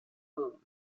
boone